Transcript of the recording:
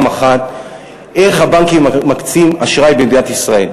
אחת איך הבנקים מקצים אשראי במדינת ישראל.